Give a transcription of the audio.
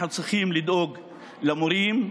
אנחנו צריכים לדאוג למורים,